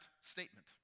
statement